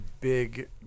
big